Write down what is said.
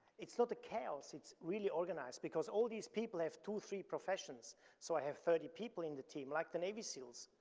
it's not a chaos, it's really organized, because all these people have two, three professions so i have thirty people in the team, like the navy seals.